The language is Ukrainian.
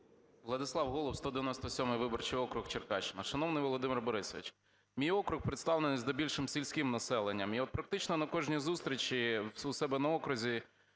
Владислав Голуб, 197 виборчий округ, Черкащина. Шановний Володимир Борисович, мій округ представлений здебільшого сільським населенням. І от практично на кожній зустрічі у себе на окрузі